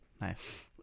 nice